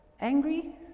angry